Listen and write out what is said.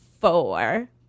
four